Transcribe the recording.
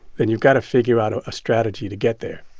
then you've got to figure out a ah strategy to get there